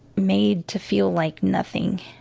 made to feel like nothing